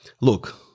Look